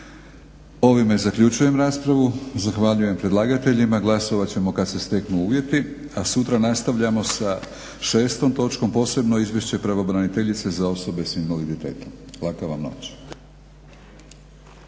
Ovime zaključujem raspravu. Zahvaljujem predlagateljima, glasat ćemo kad se steknu uvjeti. A sutra nastavljamo sa 6. točkom Posebno Izvješće pravobraniteljice za osobe sa invaliditetom. Laka vam noć.